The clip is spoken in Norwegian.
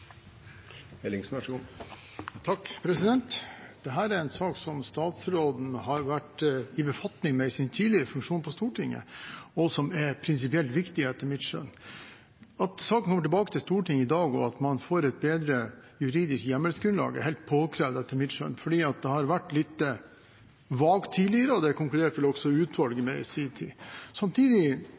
sak som statsråden har vært i befatning med i sin tidligere funksjon på Stortinget, og som er prinsipielt viktig, etter mitt skjønn. At saken kommer tilbake til Stortinget i dag, og at man får et bedre juridisk hjemmelsgrunnlag, er etter mitt skjønn helt påkrevd, fordi det har vært litt vagt tidligere – og det konkluderte vel også utvalget med i sin tid. Samtidig